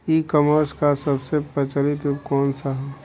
E commerce क सबसे प्रचलित रूप कवन सा ह?